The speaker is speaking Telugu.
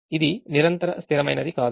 ఇది నిరంతర స్థిరమైనది కాదు